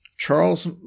Charles